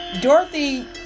Dorothy